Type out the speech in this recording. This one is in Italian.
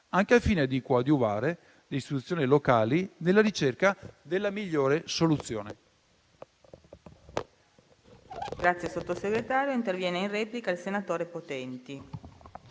anche al fine di coadiuvare le istituzioni locali nella ricerca della migliore soluzione.